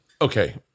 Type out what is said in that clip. okay